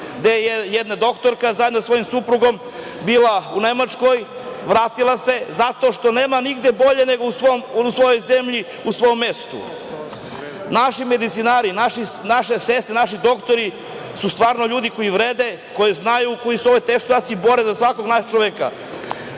da je jedna doktorka zajedno sa svojim suprugom bila u Nemačkoj, vratila se zato što nema nigde bolje nego u svojoj zemlji, u svom mestu. Naši medicinari, naše sestre, naši doktori su stvarno ljudi koji vrede, koji znaju, koji se u ovoj teškoj situaciji bore za svakog našeg čoveka.